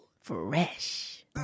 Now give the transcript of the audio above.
Fresh